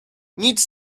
nic